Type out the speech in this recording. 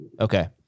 Okay